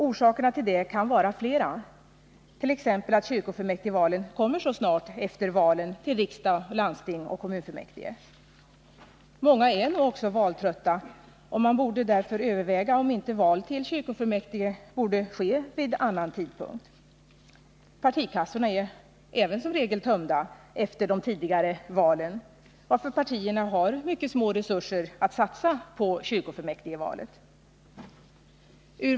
Orsakerna till det kan vara flera, t.ex. att kyrkofullmäktigvalen kommer så snart efter valen till riksdag, landsting och kommunfullmäktige. Många är nog också valtrötta, och man borde därför överväga om inte val till kyrkofullmäktige borde ske vid annan tidpunkt. Partikassorna är som regel tömda efter de tidigare valen, varför partierna har mycket små resurser att satsa på kyrkofullmäktigvalet.